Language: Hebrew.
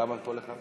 כמה כל אחד?